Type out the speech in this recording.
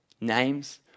names